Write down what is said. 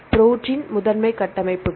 protein முதன்மை கட்டமைப்புகள்